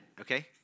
okay